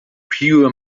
pure